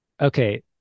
Okay